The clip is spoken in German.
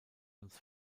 uns